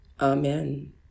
Amen